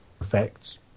effects